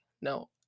no